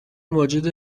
واجد